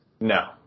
No